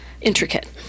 intricate